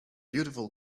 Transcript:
beautiful